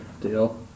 deal